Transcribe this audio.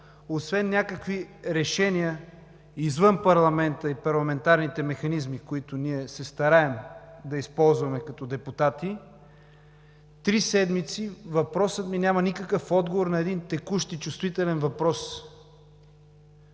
освен някакви решения извън парламента и парламентарните механизми, които ние се стараем да използваме като депутати. Три седмици на въпроса ми няма никакъв отговор, а е текущ и чувствителен въпрос.